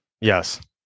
Yes